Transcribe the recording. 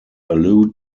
allude